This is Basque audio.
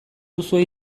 duzue